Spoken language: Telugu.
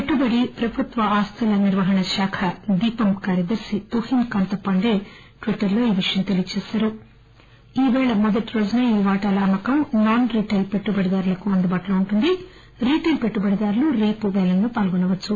పెట్టుబడి ప్రభుత్వ ఆస్తుల నిర్వహణ శాఖ దీపం కార్యదర్శి తుహిన్ కొంత పాండే ట్విట్టర్లో ఈ విషయం తెలియచేసారు ఈ పేళ మొదటి రోజున ఈ వాటాల అమ్మకం నాన్న రిటైల్ పెట్టుబడిదారులకు అందుబాటులో ఉంటుంది రిటైల్ పెట్టుబడిదారులు రేపు పేలంలో పాల్గొనవచ్చు